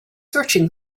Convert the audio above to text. searching